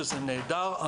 שזה נהדר.